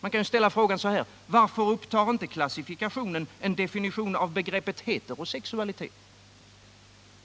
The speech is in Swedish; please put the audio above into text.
Man kan ju ställa frågan: Varför upptar inte klassifikationen en definition av begreppet heterosexualitet?